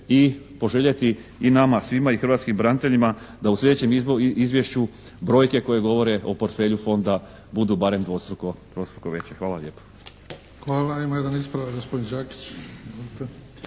i poželjeti i nama svima i hrvatskim braniteljima da u sljedećem izvješću brojke koje govore o portfelju Fonda budu barem dvostruko, trostruko veće. Hvala lijepo. **Bebić, Luka (HDZ)** Hvala. Ima jedan ispravak gospodin Đakić.